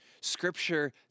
Scripture